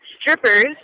strippers